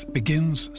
begins